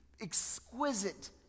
exquisite